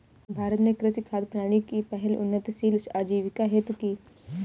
भारत ने कृषि खाद्य प्रणाली की पहल उन्नतशील आजीविका हेतु की